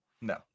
No